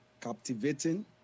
captivating